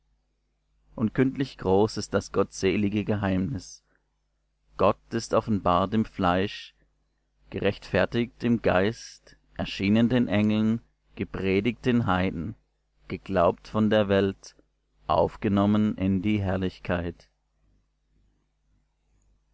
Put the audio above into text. und kündlich groß ist das gottselige geheimnis gott ist offenbart im fleisch gerechtfertigt im geist erschienen den engeln gepredigt den heiden geglaubt von der welt aufgenommen in die herrlichkeit